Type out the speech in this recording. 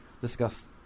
discuss